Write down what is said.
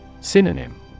Synonym